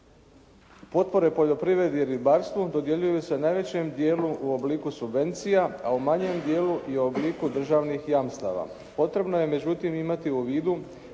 Potpore poljoprivredi i ribarstvu dodjeljuju se u najvećem dijelu u obliku subvencija a u manjem dijelu i u obliku državnih jamstava. Potrebno je međutim imati u vidu